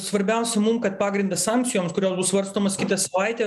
svarbiausia mum kad pagrindas sankcijoms kurios bus svarstomos kitą savaitę